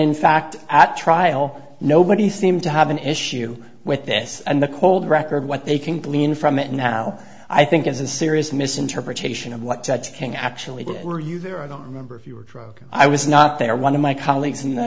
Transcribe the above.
in fact at trial nobody seem to have an issue with this and the cold record what they can glean from it now i think is a serious misinterpretation of what judge king actually did were you there i don't remember if you were drugged i was not there one of my colleagues in the